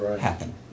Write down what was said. happen